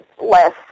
less